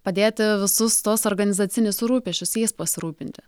padėti visus tuos organizacinius rūpesčius jais pasirūpinti